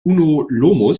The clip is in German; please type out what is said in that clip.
uno